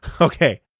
Okay